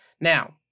Now